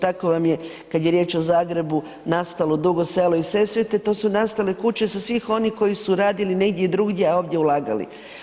Tako vam je kada je riječ o Zagrebu nastalo Dugo Selo i Sesvete, tu su nastale kuće svih onih koji su radili negdje drugdje, a ovdje ulagali.